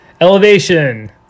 Elevation